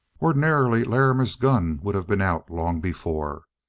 ordinarily larrimer's gun would have been out long before,